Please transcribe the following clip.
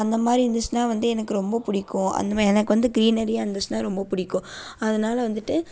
அந்த மாதிரி இருந்துச்சினா வந்து எனக்கு ரொம்ப பிடிக்கும் அந்த மாதிரி எனக்கு வந்து க்ரீனரியா இருந்துச்சின்னால் ரொம்ப பிடிக்கும் அதனால் வந்துட்டு